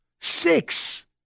Six